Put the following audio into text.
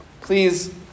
Please